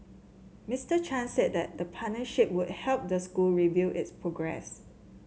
Mister Chan said the partnership would help the school review its progress